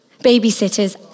Babysitters